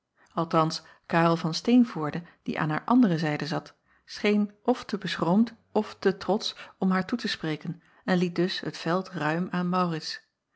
althans arel van teenvoorde die aan hare andere zijde zat scheen of te beschroomd of te trotsch om haar toe te spreken en liet dus het veld ruim aan aurits